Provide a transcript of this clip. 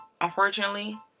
unfortunately